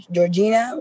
Georgina